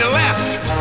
left